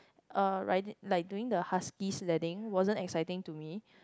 uh ridin~ like doing the husky sledding wasn't exciting to me